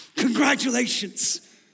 Congratulations